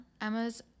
Emma's